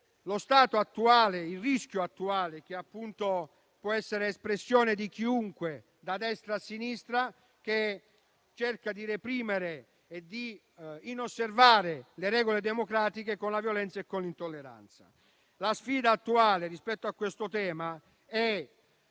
lo stato attuale e il rischio attuale, che può essere espressione di chiunque, da destra a sinistra, cercando di reprimere chi non osserva le regole democratiche e agisce con violenza e intolleranza. La sfida attuale rispetto a questo tema è